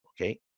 Okay